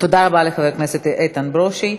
תודה רבה לחבר הכנסת איתן ברושי.